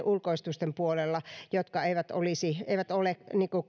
ulkoistusten puolella jotka eivät ole